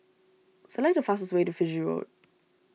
select the fastest way to Fiji Road